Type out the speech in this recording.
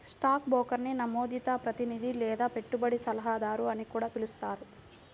stock బ్రోకర్ని నమోదిత ప్రతినిధి లేదా పెట్టుబడి సలహాదారు అని కూడా పిలుస్తారు